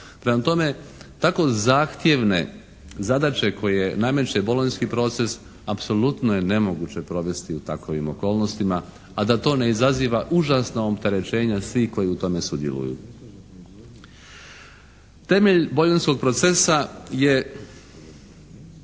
Prema tome tako zahtjevne zadaće koje nameće Bolonjski proces apsolutno je nemoguće provesti u takovim okolnostima a da to ne izaziva užasna opterećenja svih koji u tome sudjeluju. Temelj Bolonjskog procesa je